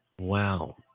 Wow